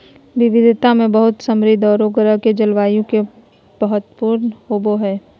विविधता में बहुत समृद्ध औरो ग्रह के जलवायु के लिए महत्वपूर्ण होबो हइ